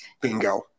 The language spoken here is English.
bingo